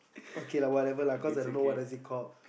okay lah whatever lah cause I don't know what does it call